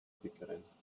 begrenzt